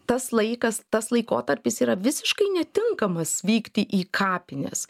tas laikas tas laikotarpis yra visiškai netinkamas vykti į kapines